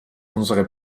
unsere